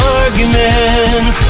argument